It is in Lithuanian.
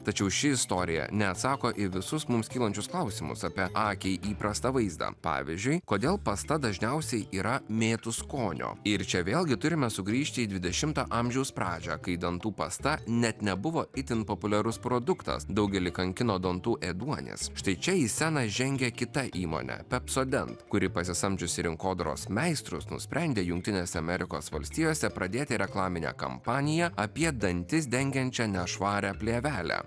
tačiau ši istorija neatsako į visus mums kylančius klausimus apie akiai įprastą vaizdą pavyzdžiui kodėl pasta dažniausiai yra mėtų skonio ir čia vėlgi turime sugrįžti į dvidešimo amžiaus pradžią kai dantų pasta net nebuvo itin populiarus produktas daugelį kankino dantų ėduonis štai čia į sceną žengia kita įmonė pepsoden kuri pasisamdžiusi rinkodaros meistrus nusprendė jungtinėse amerikos valstijose pradėti reklaminę kampaniją apie dantis dengiančią nešvarią plėvelę